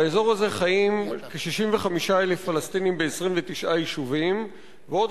באזור הזה חיים כ-65,000 פלסטינים ב-29 יישובים ועוד